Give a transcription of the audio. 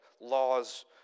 laws